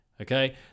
okay